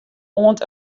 oant